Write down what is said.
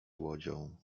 łodzią